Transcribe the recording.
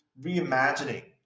reimagining